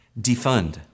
defund